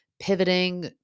pivoting